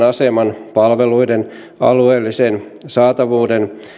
aseman palveluiden alueellisen saatavuuden